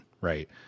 right